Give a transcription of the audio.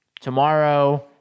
tomorrow